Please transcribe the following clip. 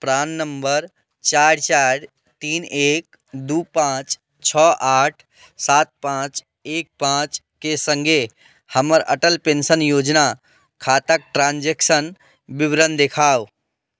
प्राण number चारि चारि तीन एक दुइ पाँच छओ आठ सात पाँच एक पाँचके सङ्गे हमर अटल पेन्शन योजना खाताके ट्रान्जेक्शन विवरण देखाउ